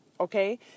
Okay